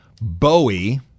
Bowie